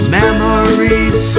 memories